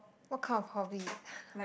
what kind of hobby